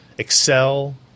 Excel